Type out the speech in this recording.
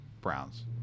Browns